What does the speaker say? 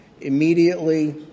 Immediately